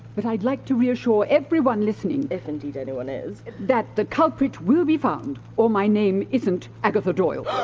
but i'd like to reassure everyone listening if indeed anyone is! that the culprit will be found, or my name isn't agatha doyle!